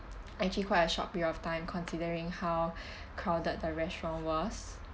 actually quite a short period of time considering how crowded the restaurant was